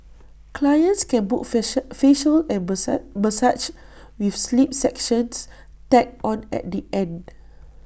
clients can book facials and massages with sleep sessions tacked on at the end